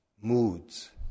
moods